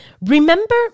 Remember